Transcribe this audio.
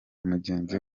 mugenzi